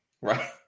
Right